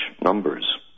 numbers